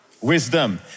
Wisdom